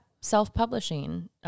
self-publishing